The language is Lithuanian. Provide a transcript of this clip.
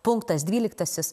punktas dvyliktasis